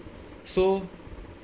so